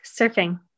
Surfing